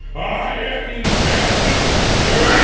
i am dead here